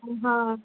हां